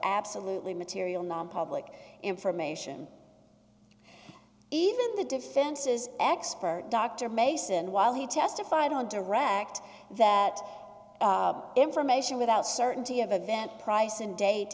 absolutely material nonpublic information even the defense's expert dr mason while he testified on direct that information without certainty of event price and date